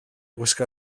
gwisgo